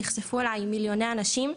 נחשפו אליי מיליוני אנשים,